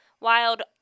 wild